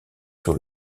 sur